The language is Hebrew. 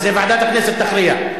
אז זה ועדת הכנסת תכריע.